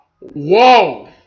whoa